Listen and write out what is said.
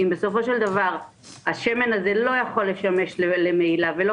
אם בסופו של דבר השמן הזה לא יכול לשמש למהילה ולא